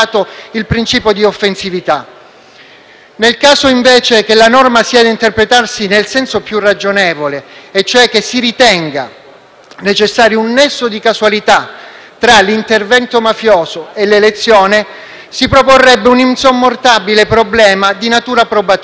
Nel caso, invece, che la norma sia da interpretarsi nel senso più ragionevole, e cioè che si ritenga necessario un nesso di causalità tra l'intervento mafioso e l'elezione, si proporrebbe un insormontabile problema di natura probatoria, essendo necessario accertare